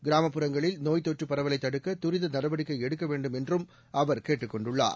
கிராமப் புறங்களில் நோய்த் தொற்றுப் பரவலை தடுக்க துரித நடவடிக்கை எடுக்க வேண்டும் என்றும் அவர் கேட்டுக் கொண்டுள்ளார்